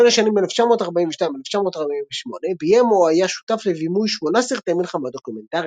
השנים 1942–1948 ביים או היה שותף לבימוי שמונה סרטי מלחמה דוקומנטריים.